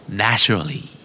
naturally